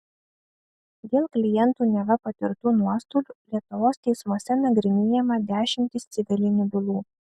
dėl klientų neva patirtų nuostolių lietuvos teismuose nagrinėjama dešimtys civilinių bylų